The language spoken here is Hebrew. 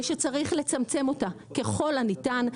ושצריך לצמצם אותה ככל הניתן,